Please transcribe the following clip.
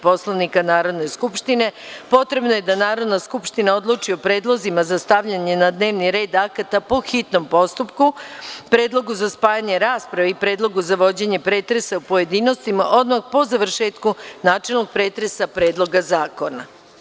Poslovnika Narodne skupštine, potrebno je da Narodna skupština odluči o predlozima za stavljanje na dnevni red akata po hitnom postupku, predlogu za spajanje rasprave i predlogu za vođenje pretresa u pojedinostima odmah po završetku načelnog pretresa Predloga zakona.